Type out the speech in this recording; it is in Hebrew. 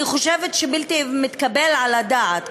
אני חושבת שזה בלתי מתקבל על הדעת.